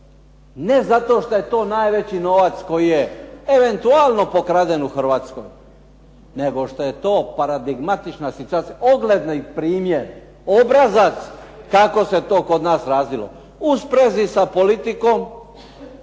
Ne zato šta je to najveći novac koji je eventualno pokraden u Hrvatskoj, nego šta je to paradigmatična situacija, ogledni primjer, obrazac kako se to kod nas razvilo, u sprezi sa politikom.